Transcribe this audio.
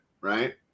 right